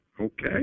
Okay